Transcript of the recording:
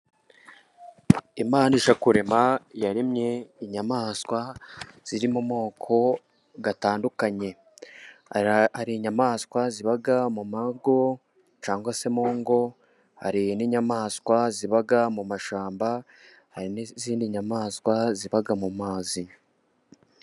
Imana ijya kurema yaremye inyamaswa ziri mu moko atandukanye, hari inyamaswa ziba mu mago cyangwa se mu ngo, hari n'inyamaswa ziba mu mashyamba n'izindi nyamaswa ziba mu mazi.